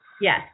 Yes